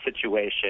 situation